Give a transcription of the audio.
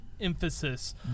Emphasis